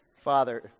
Father